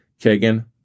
Kagan